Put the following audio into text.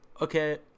okay